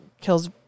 kills